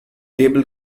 table